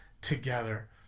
together